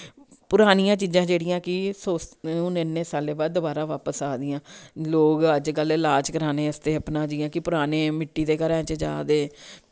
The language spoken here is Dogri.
पुरानियां चीजां जेह्ड़ियां कि सोस हुन इन्ने सालें बाद दोबारा बापस आ दियां लोग अज कल्ल लाज कराने आस्तै अपना जियां कि पुराने मिट्टी दे घरैं च जा दे